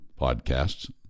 podcasts